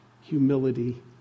humility